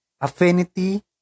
affinity